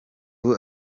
ubu